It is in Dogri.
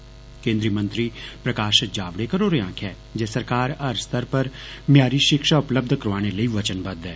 ते केन्द्री मंत्री प्रकाश जावडेकर होरें आखेआ ऐ जे सरकार हर स्तर उप्पर मय्यारी शिक्षा उपलब्ध करोआने लेई वचनबद्ध ऐ